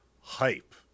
hype